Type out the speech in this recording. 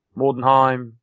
Mordenheim